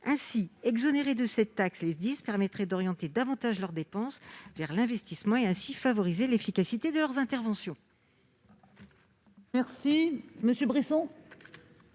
les SDIS de cette taxe permettrait d'orienter davantage leurs dépenses vers l'investissement et, donc, de favoriser l'efficacité de leurs interventions.